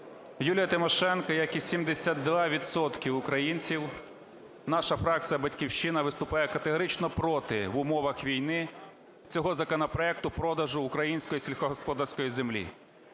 Юлія Тимошенко, як і 72 відсотки українців, наша фракція "Батьківщина" виступає категорично проти в умовах війни цього законопроекту продажу української сільськогосподарської землі.